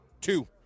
Two